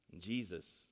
Jesus